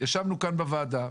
ישבנו כאן בוועדה,